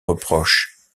reproches